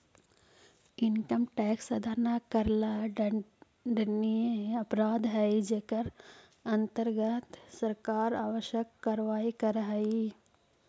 income tax अदा न करला दंडनीय अपराध हई जेकर अंतर्गत सरकार आवश्यक कार्यवाही करऽ हई